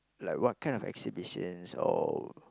like what kind of exhibitions or